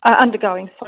undergoing